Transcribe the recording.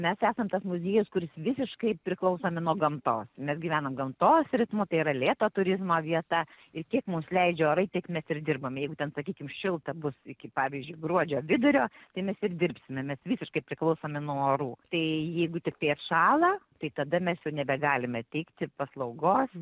mes esam tas muziejus kuris visiškai priklausomi nuo gamtos mes gyvenam gamtos ritmu tai yra lėto turizmo vieta ir kiek mus leidžia orai tiek mes ir dirbam jeigu ten sakykim šilta bus iki pavyzdžiui gruodžio vidurio tai mes ir dirbsime mes visiškai priklausomi nuo orų tai jeigu tiktai atšąla tai tada mes jau nebegalime teikti paslaugos